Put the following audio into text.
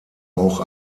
auch